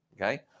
okay